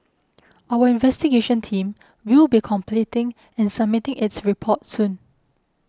our investigation team will be completing and submitting its report soon